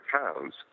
pounds